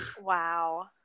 Wow